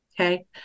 Okay